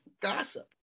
gossip